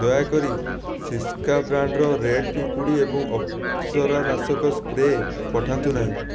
ଦୟାକରି ସିସ୍କା ବ୍ରାଣ୍ଡ୍ର ରେଡ୍ ପିମ୍ପୁଡ଼ି ଏବଂ ଅପସରା ନାଶକ ସ୍ପ୍ରେ ପଠାନ୍ତୁ ନାହିଁ